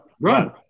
Run